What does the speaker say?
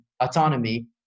autonomy